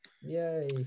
Yay